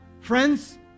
Friends